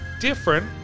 Different